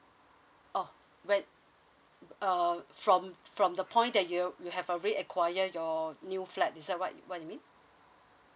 oh when uh from from the point that you you have already acquired your new flat is that what what you mean